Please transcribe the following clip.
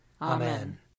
Amen